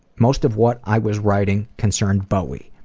most of what i was writing concerned bowie.